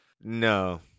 No